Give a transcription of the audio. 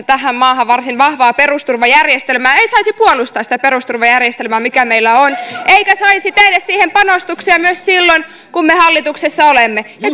tähän maahan varsin vahvaa perusturvajärjestelmää ei saisi puolustaa sitä perusturvajärjestelmää mikä meillä on eikä saisi tehdä siihen panostuksia myöskään silloin kun me hallituksessa olemme ja